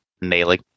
nailing